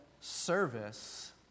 service